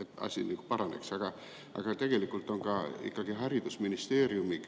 et asi paraneks. Aga tegelikult on ikkagi haridusministeeriumi